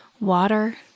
water